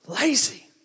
Lazy